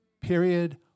Period